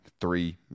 three